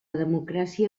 democràcia